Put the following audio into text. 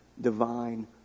Divine